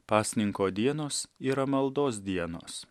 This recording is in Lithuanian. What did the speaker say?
pasninko dienos yra maldos dienos